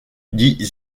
dit